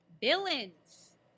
villains